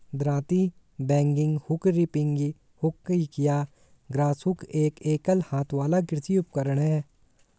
दरांती, bagging hook, reaping hook या grass hook एक एकल हाथ वाला कृषि उपकरण है